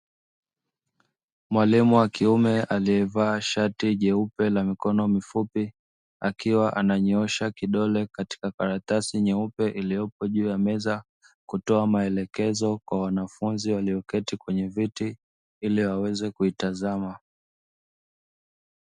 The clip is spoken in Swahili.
Mwalimu wa kiume aliyevaa shati jeupe la mikono mifupi, akiwa ananyoosha karatasi nyeupe iliyopo juu ya meza, kutoa maelekezo kwa wanafunzi walioketi juu ya viti ili waweze kuitazama.